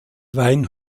wayne